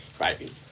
right